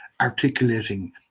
articulating